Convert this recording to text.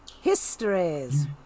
histories